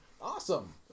Awesome